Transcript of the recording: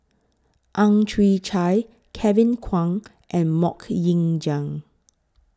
Ang Chwee Chai Kevin Kwan and Mok Ying Jang